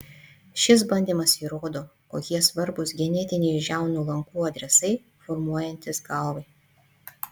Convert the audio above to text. šis bandymas įrodo kokie svarbūs genetiniai žiaunų lankų adresai formuojantis galvai